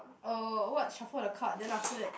uh what shuffle the card then after that